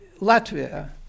Latvia